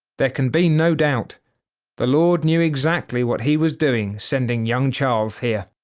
there can be no doubt the lord knew exactly what he was doing sending young charles here.